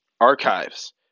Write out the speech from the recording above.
archives